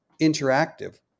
interactive